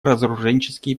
разоруженческие